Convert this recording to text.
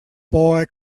boy